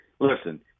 listen